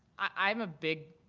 i'm a big